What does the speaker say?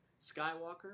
Skywalker